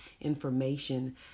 information